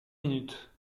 minutes